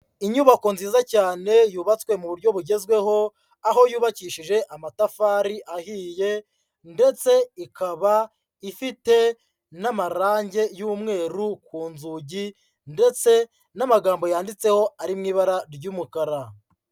Inyubako nziza cyane yubatswe mu buryo bugezweho, aho yubakishije amatafari ahiye ndetse ikaba ifite n'amarange y'umweru ku nzugi ndetse n'amagambo yanditseho ari mu ibara ry'umukara.